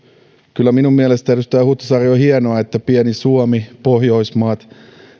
kyllä minun mielestäni edustaja huhtasaari on hienoa että pieni suomi ja pohjoismaat